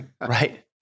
right